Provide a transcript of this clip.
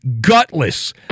Gutless